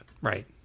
right